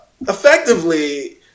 Effectively